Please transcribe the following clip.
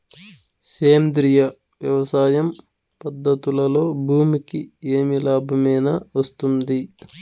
సేంద్రియ వ్యవసాయం పద్ధతులలో భూమికి ఏమి లాభమేనా వస్తుంది?